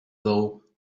though